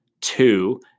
two